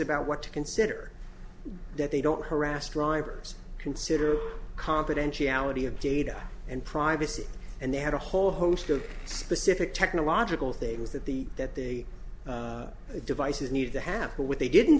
about what to consider that they don't harass drivers consider confidentiality of data and privacy and they had a whole host of specific technological things that the that the devices need to have what they didn't